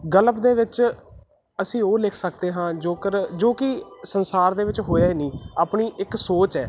ਗਲਪ ਦੇ ਵਿੱਚ ਅਸੀਂ ਉਹ ਲਿਖ ਸਕਦੇ ਹਾਂ ਜੋ ਕਰ ਜੋ ਕਿ ਸੰਸਾਰ ਦੇ ਵਿੱਚ ਹੋਇਆ ਹੀ ਨਹੀਂ ਆਪਣੀ ਇੱਕ ਸੋਚ ਹੈ